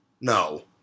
No